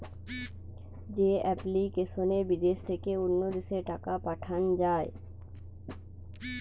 যে এপ্লিকেশনে বিদেশ থেকে অন্য দেশে টাকা পাঠান যায়